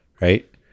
Right